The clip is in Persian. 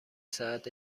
ساعت